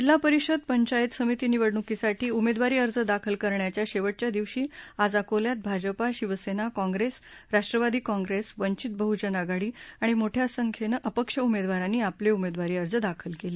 जिल्हा परिषद पंचायत समिती निवडणुकीसाठी उमेदवारी अर्ज दाखल करण्याच्या शेवटच्या दिवशी आज अकोल्यात भाजपा शिवसेना काँप्रेस राष्ट्रवादी काँप्रेस वंचित बहुजन आघाडी आणि मोठ्या संख्येनं अपक्ष उमेदवारांनी आपले उमेदवारी अर्ज दाखल केले